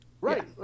Right